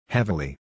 Heavily